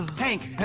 hank,